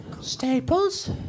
Staples